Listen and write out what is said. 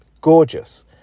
gorgeous